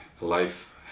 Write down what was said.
life